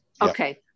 Okay